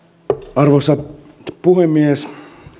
arvoisa puhemies